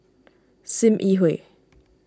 Sim Yi Hui